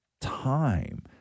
time